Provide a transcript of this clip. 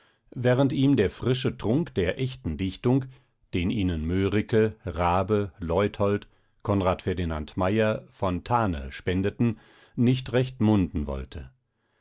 während ihm der frische trunk der echten dichtung den ihnen mörike raabe leuthold c f meyer fontane spendeten nicht recht munden wollte